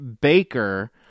baker